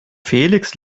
felix